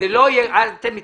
אתם מתנגדים.